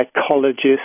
psychologists